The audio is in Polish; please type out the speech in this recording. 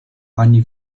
pani